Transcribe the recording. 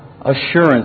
assurance